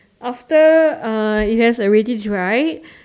after uh it has already dried